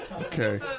okay